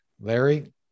Larry